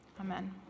Amen